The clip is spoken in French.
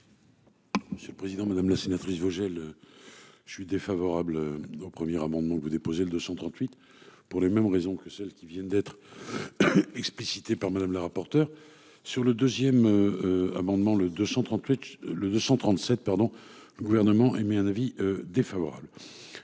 Monsieur le président, madame la sénatrice Vogel. Je suis défavorable au premier amendement que vous déposez le 238 pour les mêmes raisons que celles qui viennent d'être. Explicitée par Madame la rapporteure sur le 2ème. Amendement le 238 le 237 pardon. Le Gouvernement émet un avis défavorable.